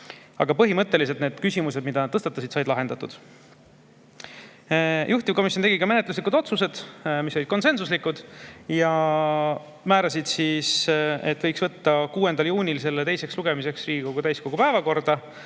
Aga põhimõtteliselt need küsimused, mis nad tõstatasid, said lahendatud. Juhtivkomisjon tegi ka menetluslikud otsused, mis olid konsensuslikud, ja määras, et võiks võtta 6. juunil eelnõu teiseks lugemiseks Riigikogu täiskogu päevakorda,